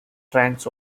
trans